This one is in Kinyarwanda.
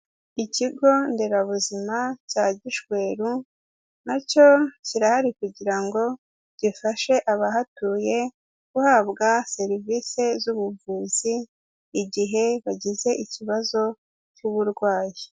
Ikigo nderabuzima cya Gishweru, na cyo kirahari kugira ngo gifashe abahatuye, guhabwa serivise z'ubuvuzi, igihe bagize ikibazo cy'uburwayi.